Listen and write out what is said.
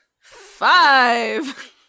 five